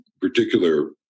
particular